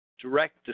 direct